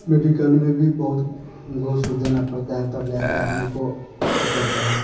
medical में भी बहुत घूस देना पड़ता है तब जाकर आदमी को ई करता है